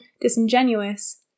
disingenuous